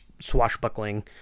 swashbuckling